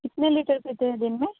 कितने लीटर पीते हैं दिन में